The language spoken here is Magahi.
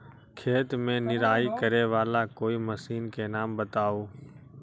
खेत मे निराई करे वाला कोई मशीन के नाम बताऊ?